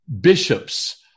bishops